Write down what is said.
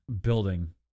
building